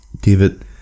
David